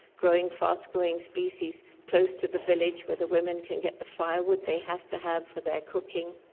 growing fast-growing species close to the village where the women can get the firewood they have to have for their cooking,